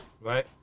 Right